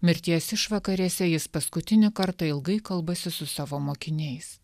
mirties išvakarėse jis paskutinį kartą ilgai kalbasi su savo mokiniais